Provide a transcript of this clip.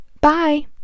bye